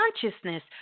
consciousness